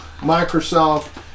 Microsoft